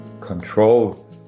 control